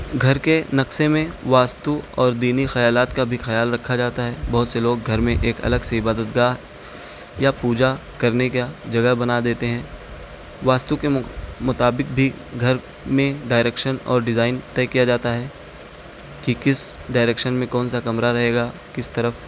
گھر کے نقسے میں واستو اور دینی خیالات کا بھی خیال رکھا جاتا ہے بہت سے لوگ گھر میں ایک الگ سی عبادت گاہ یا پوجا کرنے کا جگہ بنا دیتے ہیں واستو کے مطابق بھی گھر میں ڈائریکشن اور ڈیزائن طے کیا جاتا ہے کہ کس ڈائریکشن میں کون سا کمرہ رہے گا کس طرف